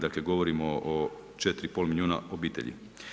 Dakle govorimo o 4,5 milijuna obitelji.